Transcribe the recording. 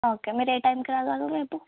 okay మీరు ఏ టైంకి రాగలరు రేపు